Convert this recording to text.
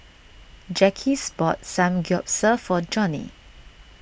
Jacquez bought Samgyeopsal for Joni